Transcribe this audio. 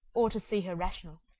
or to see her rational.